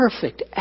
perfect